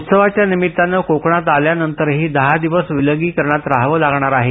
उत्सवाच्या निमित्तानं कोकणात आल्यानंतरही दहा दिवस विलगीकरणात राहावं लागणार आहे